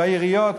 בעיריות,